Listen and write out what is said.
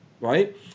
right